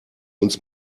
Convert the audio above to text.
uns